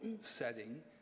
setting